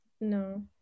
No